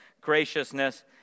graciousness